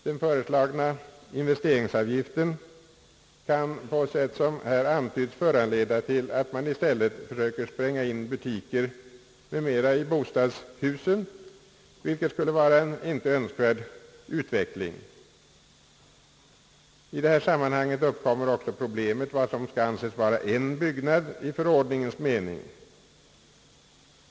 Den föreslagna investeringsavgiften kan på sätt som här antytts föranleda, att man i stället försöker spränga in butiker m.m. i bostadshusen, vilket skulle vara en icke önskvärd utveckling. I detta sammanhang uppkommer också problemet vad som skall anses vara en byggnad i förordningens mening.